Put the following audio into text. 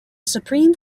supreme